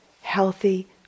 healthy